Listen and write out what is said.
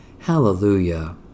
Hallelujah